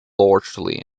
largely